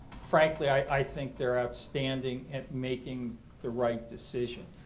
frankly i think they are outstanding at making the right decision.